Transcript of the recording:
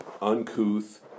uncouth